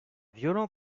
violent